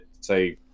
say